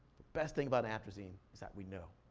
best thing about atrazine is that we know.